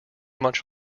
much